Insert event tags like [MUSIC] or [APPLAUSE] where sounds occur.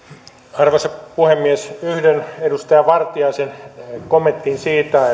arvoisa puhemies yhdyn edustaja vartiaisen kommenttiin siitä [UNINTELLIGIBLE]